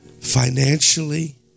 financially